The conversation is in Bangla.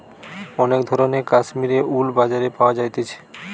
অনেক ধরণের কাশ্মীরের উল বাজারে পাওয়া যাইতেছে